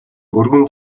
өргөн